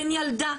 בין ילדה,